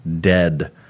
dead